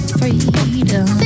freedom